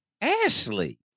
Ashley